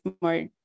more